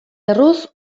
erruz